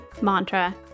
mantra